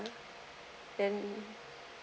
then